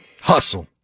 Hustle